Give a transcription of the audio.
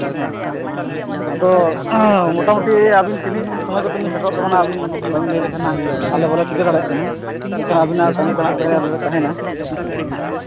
ᱦᱮᱸ ᱦᱮᱸ ᱟᱫᱚ ᱢᱚᱴᱟᱢᱩᱪᱴᱤ ᱟᱹᱵᱤᱱ ᱛᱤᱱᱟᱹᱜ ᱥᱚᱢᱚᱭ ᱠᱚᱛᱮ ᱵᱮᱱ ᱥᱮᱴᱮᱨᱚᱜ ᱛᱟᱵᱚᱱᱟ ᱟᱹᱵᱤᱱ ᱵᱟᱵᱤᱱ ᱞᱟᱹᱭ ᱞᱮᱠᱷᱟᱱ ᱱᱟᱜ ᱟᱞᱮ ᱵᱟᱞᱮ ᱴᱷᱤᱠᱟᱹ ᱫᱟᱲᱮᱭᱟᱜ ᱠᱟᱱᱟ ᱮᱱᱠᱷᱟᱱ ᱟᱹᱵᱤᱱᱟᱜ ᱛᱟᱺᱜᱤᱼᱛᱟᱲᱟᱜ ᱨᱮ ᱟᱞᱮ ᱞᱮ ᱛᱟᱦᱮᱱᱟ ᱦᱮᱸᱥᱮ